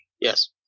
Yes